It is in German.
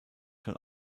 schon